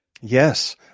yes